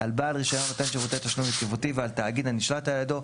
על בעל רישיון נותן שירותי תשלום יציבותי ועל תאגיד הנשלט על ידו,